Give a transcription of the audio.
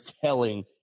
telling